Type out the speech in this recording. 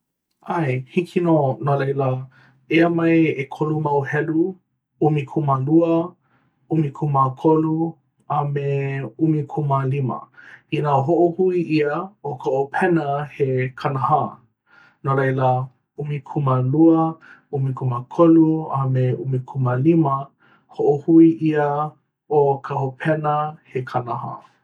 Ae, hiki nō! Eia ʻekolu mau helu: ʻumikūmālua, ʻumikūmākolu, a me ʻumikūmālima. Inā hoʻohui ʻia, ʻo ka hopena he kanahā. No laila, ʻumikūmālua, ʻumikūmākolu, a me ʻumikūmālima. Hoʻohui ʻia, ʻo ka hopena he kanahā.